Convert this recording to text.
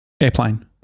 airplane